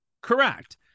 Correct